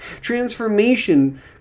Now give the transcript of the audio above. Transformation